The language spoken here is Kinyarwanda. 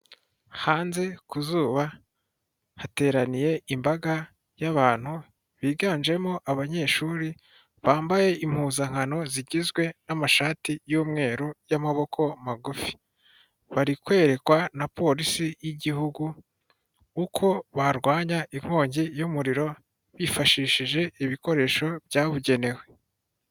Hanze ku zuba hateraniye imbaga y'abantu biganjemo abanyeshuri bambaye impuzankano zigizwe n'amashati y'mweru y'amaboko magufi. Bari kwerekwa na Polisi y'igihugu uko barwanya inkongi y'umuriro bifashishije ibikoresho byabugenewe.